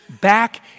Back